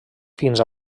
fins